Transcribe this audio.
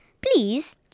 Please